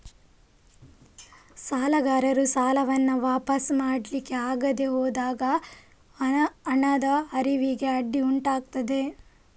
ಸಾಲಗಾರರು ಸಾಲವನ್ನ ವಾಪಸು ಕೊಡ್ಲಿಕ್ಕೆ ಆಗದೆ ಹೋದಾಗ ಹಣದ ಹರಿವಿಗೆ ಅಡ್ಡಿ ಉಂಟಾಗ್ತದೆ